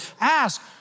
Ask